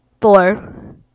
four